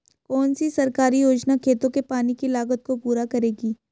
कौन सी सरकारी योजना खेतों के पानी की लागत को पूरा करेगी?